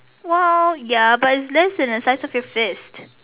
!wow! ya but it's less than the size of your fist